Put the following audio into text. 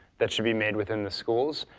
that should be made within the schools.